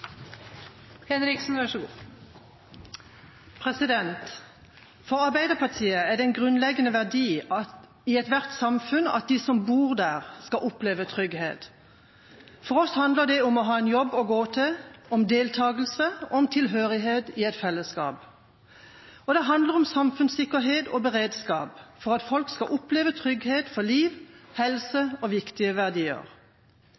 bor der, skal oppleve trygghet. For oss handler det om å ha en jobb å gå til, om deltagelse og om tilhørighet i et fellesskap. Det handler også om samfunnssikkerhet og beredskap for at folk skal oppleve trygghet for liv, helse og viktige verdier